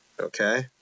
okay